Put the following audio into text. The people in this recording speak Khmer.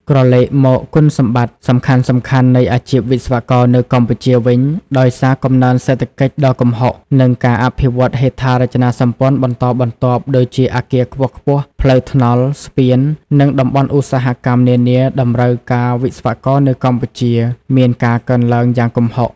ក្រឡេកមកគុណសម្បត្តិសំខាន់ៗនៃអាជីពវិស្វករនៅកម្ពុជាវិញ ដោយសារកំណើនសេដ្ឋកិច្ចដ៏គំហុក និងការអភិវឌ្ឍន៍ហេដ្ឋារចនាសម្ព័ន្ធបន្តបន្ទាប់ដូចជាអគារខ្ពស់ៗផ្លូវថ្នល់ស្ពាន និងតំបន់ឧស្សាហកម្មនានាតម្រូវការវិស្វករនៅកម្ពុជាមានការកើនឡើងយ៉ាងគំហុក។